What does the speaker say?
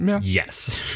Yes